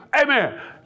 Amen